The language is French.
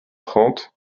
trente